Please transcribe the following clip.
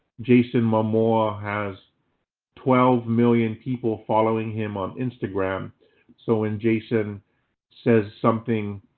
jason momoa has twelve million people following him on instagram so when jason says something,